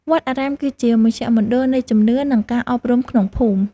វត្តអារាមគឺជាមជ្ឈមណ្ឌលនៃជំនឿ និងការអប់រំក្នុងភូមិ។